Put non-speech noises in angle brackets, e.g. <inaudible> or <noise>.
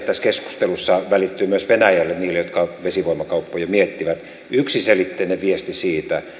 <unintelligible> tässä keskustelussa välittyy myös venäjälle niille jotka vesivoimakauppoja miettivät yksiselitteinen viesti siitä että